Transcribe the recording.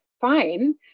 fine